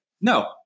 no